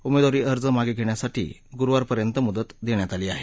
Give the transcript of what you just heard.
उमेदवारी अर्ज मागे घेण्यासाठी गुरुवारपर्यंत मुदत देण्यात आली आहे